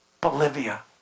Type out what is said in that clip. Bolivia